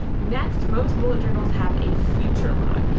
next, most bullet journals have a future log.